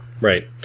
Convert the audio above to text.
Right